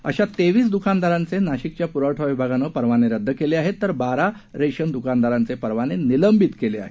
अशा तेवीस द्कानदारांचे नाशिकच्या पुरवठा विभागानं परवाने रद्द केले आहेत तर बारा रेशन दुकानदारांचे परवाने निलंबित केले आहेत